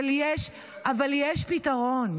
אבל יש פתרון.